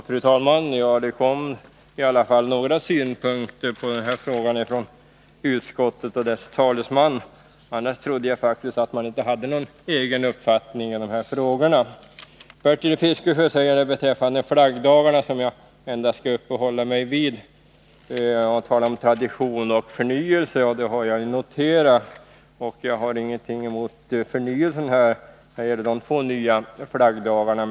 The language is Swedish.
Fru talman! Det kom i alla fall några synpunkter på den här frågan från utskottets talesman. Annars trodde jag faktiskt att man inte hade någon egen uppfattning i dessa frågor. Bertil Fiskesjö talade när det gällde flaggdagarna om tradition och förnyelse. Det har jag noterat, och jag har ingenting emot de två nya flaggdagarna.